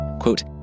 quote